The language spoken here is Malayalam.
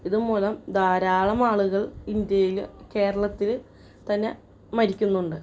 ഇതുമൂലം ധാരാളം ആളുകൾ ഇന്ത്യയിൽ കേരളത്തിൽ തന്നെ മരിക്കുന്നുണ്ട്